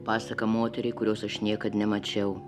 pasaka moteriai kurios aš niekad nemačiau